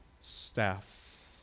staffs